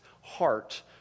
heart